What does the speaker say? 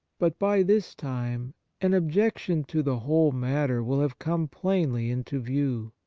but by this time an objection to the whole matter will have come plainly into view.